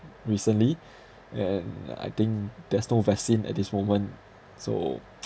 recently and I think there's no vaccine at this moment so